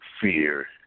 fear